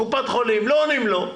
קופת חולים, לא עונים לו.